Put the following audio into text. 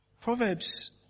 Proverbs